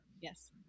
Yes